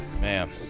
man